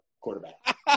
quarterback